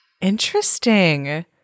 Interesting